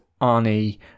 Arnie